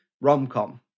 rom-com